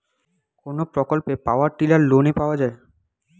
কোন প্রকল্পে power tiller লোনে পাওয়া য়ায়?